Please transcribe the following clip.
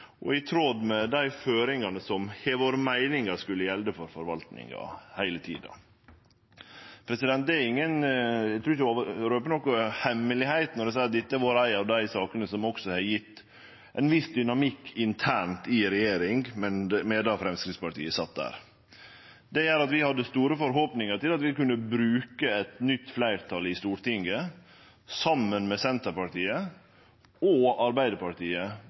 har vore meininga skulle gjelde for forvaltinga heile tida. Eg trur ikkje eg røper noka hemmelegheit når eg seier at dette har vore ei av sakene som også har gjeve ein viss dynamikk internt i regjeringa medan Framstegspartiet satt der. Det gjer at vi hadde store forhåpningar om at vi kunne bruke eit nytt fleirtal i Stortinget, saman med Senterpartiet og Arbeidarpartiet,